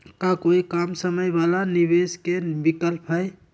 का कोई कम समय वाला निवेस के विकल्प हई?